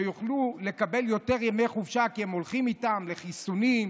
שיוכלו לקבל יותר ימי חופשה כי הן הולכות איתם לחיסונים,